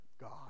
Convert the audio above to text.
God